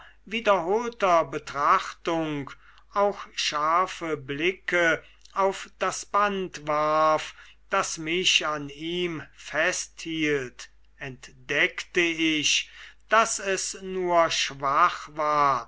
wiederholter betrachtung auch scharfe blicke auf das band warf das mich an ihm festhielt entdeckte ich daß es nur schwach war